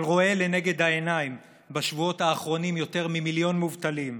אבל רואה לנגד העיניים בשבועות האחרונים יותר ממיליון מובטלים,